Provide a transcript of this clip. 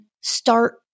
start